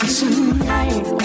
tonight